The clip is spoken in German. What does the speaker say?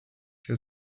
der